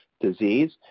disease